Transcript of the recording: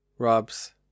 Rubs